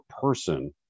person